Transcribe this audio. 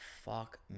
fuck